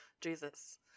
Jesus